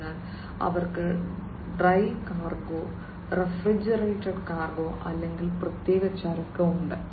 അതിനാൽ അവർക്ക് dry cargo refrigerated cargo അല്ലെങ്കിൽ പ്രത്യേക ചരക്ക് ഉണ്ട്